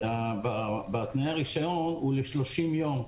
תנאי הרישיון הם ל-30 יום,